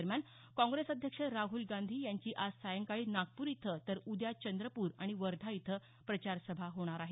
दरम्यान काँगेस अध्यक्ष राहल गांधी यांची आज सायंकाळी नागपूर इथं तर उद्या चंदपूर आणि वर्धा इथं प्रचार सभा होणार आहे